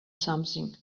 something